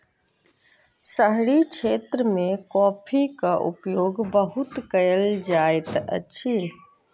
शहरी क्षेत्र मे कॉफ़ीक उपयोग बहुत कयल जाइत अछि